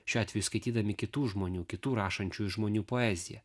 šiuo atveju skaitydami kitų žmonių kitų rašančiųjų žmonių poeziją